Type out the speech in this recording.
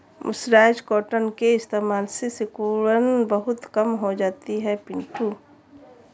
mercerised cotton के इस्तेमाल से सिकुड़न बहुत कम हो जाती है पिंटू